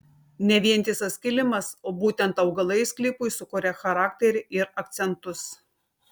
ne vientisas kilimas o būtent augalai sklypui sukuria charakterį ir akcentus